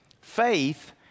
Faith